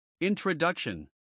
Introduction